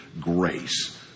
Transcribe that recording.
grace